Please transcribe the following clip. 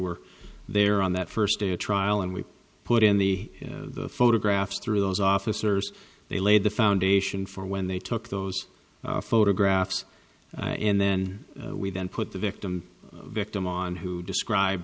were there on that first day of trial and we put in the photographs through those officers they laid the foundation for when they took those photographs and then we then put the victim victim on who describe